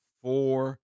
Four